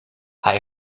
hij